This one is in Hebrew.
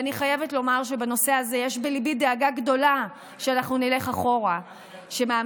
אני חייבת לומר שבנושא הזה יש בליבי דאגה גדולה שאנחנו נלך אחורה ומעמדן